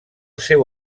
seu